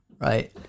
right